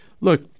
Look